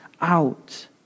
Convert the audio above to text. out